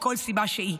מכל סיבה שהיא.